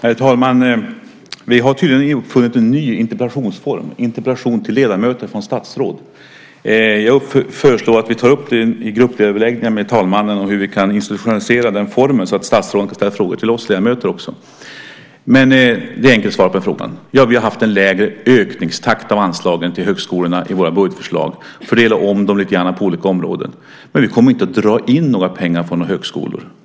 Herr talman! Vi har tydligen uppfunnit en ny interpellationsform, interpellation till ledamöter från statsråd. Jag föreslår att vi tar upp i gruppöverläggningar med talmannen hur vi kan institutionalisera den formen så att statsråden också kan ställa frågor till oss ledamöter. Det är enkelt att svara på frågan. Vi har föreslagit en lägre ökningstakt av anslaget till högskolorna i våra budgetförslag och fördelat om dem lite grann på olika områden. Men vi kommer inte att dra in några pengar för några högskolor.